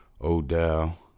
Odell